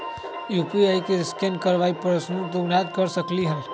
UPI से scan कर पईसा भुगतान कर सकलीहल?